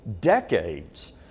decades